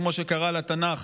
כמו שקרא לתנ"ך